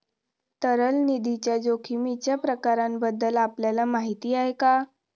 तरल निधीच्या जोखमीच्या प्रकारांबद्दल आपल्याला माहिती आहे का?